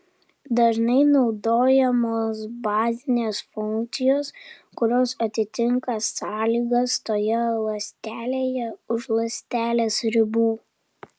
dažnai naudojamos bazinės funkcijos kurios atitinka sąlygas toje ląstelėje už ląstelės ribų